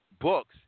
books